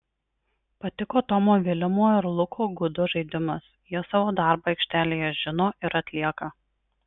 patiko tomo vilimo ir luko gudo žaidimas jie savo darbą aikštelėje žino ir atlieka